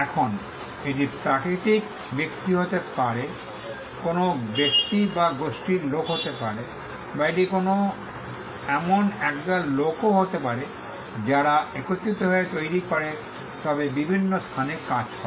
এখন এটি প্রাকৃতিক ব্যক্তি হতে পারে কোনও ব্যক্তি বা গোষ্ঠীর লোক হতে পারে বা এটি এমন একদল লোকও হতে পারে যারা একত্রিত হয়ে তৈরি করে তবে বিভিন্ন স্থানে কাজ করে